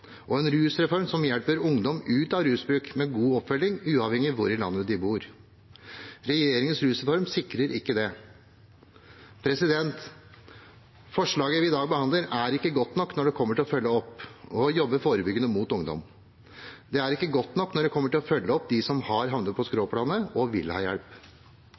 og en rusreform som hjelper ungdom ut av rusbruk med god oppfølging, uavhengig av hvor i landet de bor. Regjeringens rusreform sikrer ikke det. Forslaget vi i dag behandler, er ikke godt nok når det kommer til å følge opp og jobbe forebyggende mot ungdom. Det er ikke godt nok når det kommer til å følge opp dem som har havnet på skråplanet, og som vil ha hjelp.